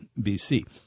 BC